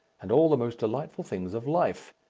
and all the most delightful things of life,